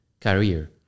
career